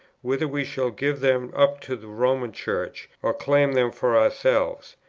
whether we shall give them up to the roman church or claim them for ourselves.